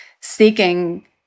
seeking